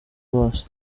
rwose